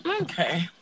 Okay